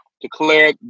declare